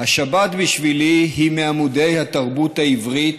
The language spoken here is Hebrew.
"השבת בשבילי היא מעמודי התרבות העברית